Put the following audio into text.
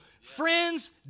Friends